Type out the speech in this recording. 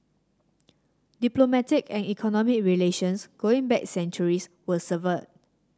diplomatic and economic relations going back centuries were severed